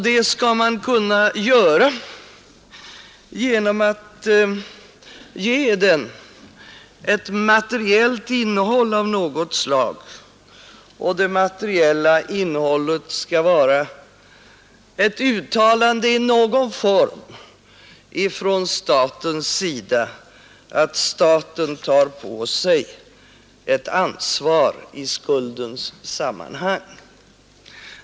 Detta skall man kunna göra genom att ge den ett materiellt innehåll av något slag, och det materiella innehållet skall i detta sammanhang vara ett uttalande i någon form från statens sida, att staten tar på sig ett ansvar för skulden.